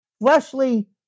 Fleshly